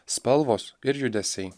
spalvos ir judesiai